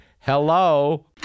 Hello